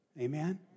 Amen